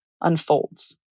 unfolds